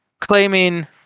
claiming